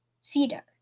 Cedar